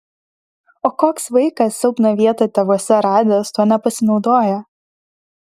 o koks vaikas silpną vietą tėvuose radęs tuo nepasinaudoja